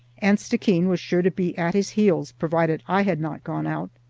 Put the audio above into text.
and stickeen was sure to be at his heels, provided i had not gone out.